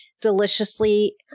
deliciously